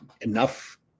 enough